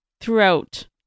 throughout